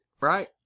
right